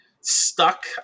stuck